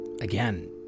again